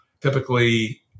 Typically